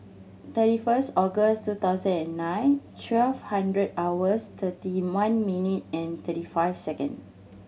thirty first August two thousand and nine twelve hundred hours thirty one minute and thirty five second